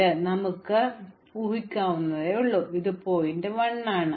അതിനാൽ ഒരുപക്ഷേ നമ്മുടെ ആരംഭ ശീർഷകം നമുക്ക് ume ഹിക്കാവുന്നതേയുള്ളൂ ഇത് ശീർഷകം 1 ആണെന്ന് ഓർക്കുക